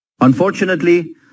Unfortunately